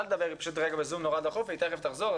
לדבר והיא פשוט רגע בזום מאוד דחוף ותכף נחזור,